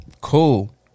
Cool